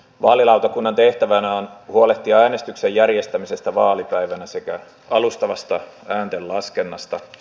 vaalilautakunnan tehtävänä on huolehtia äänestyksen järjestämisestä vaalipäivänä sekä alustavasta ääntenlaskennasta